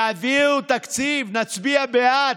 תביאו תקציב, נצביע בעד.